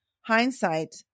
hindsight